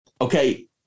okay